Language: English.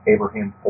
Abraham